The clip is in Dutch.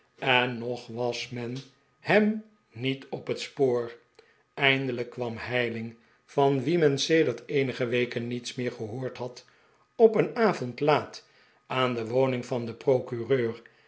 en nog was men hem niet op het spoor eindelijk kwam heyling van wien men sedert eenige weken niets meer gehoord had op een avond laat aan de woning van den procureur